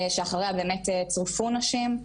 שאחריה באמת צורפו נשים.